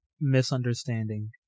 misunderstanding